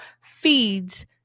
feeds